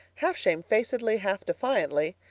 half shamefacedly, half defiantly,